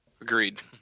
Agreed